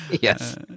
yes